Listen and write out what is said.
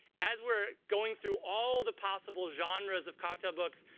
as we're going through all the possible genres of cocktail books,